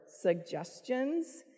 suggestions